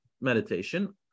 meditation